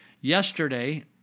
Yesterday